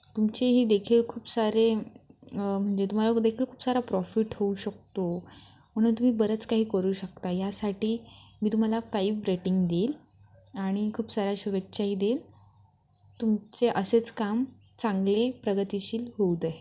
तुमचीही देखील खूप सारे म्हणजे तुम्हाला देखील खूप सारा प्रॉफिट होऊ शकतो म्हणून तुम्ही बरंच काही करू शकता यासाठी मी तुम्हाला फाईव रेटिंग देईल आणि खूप साऱ्या शुभेच्छाही देईल तुमचे असेच काम चांगले प्रगतीशील होऊ दे